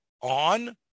on